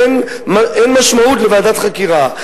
אין משמעות לוועדת חקירה,